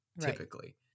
typically